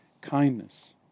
kindness